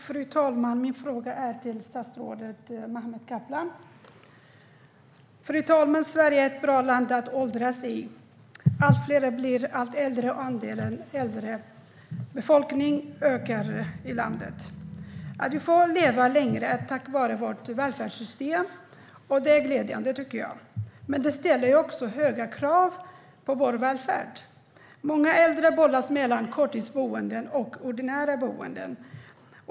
Fru talman! Min fråga går till statsrådet Mehmet Kaplan. Sverige är ett bra land att åldras i. Allt fler blir äldre, och andelen äldre ökar i landet. Vi får leva längre tack vare vårt välfärdssystem. Det är glädjande, men det ställer också höga krav på vår välfärd. Många äldre bollas mellan korttidsboenden och ordinarie boenden.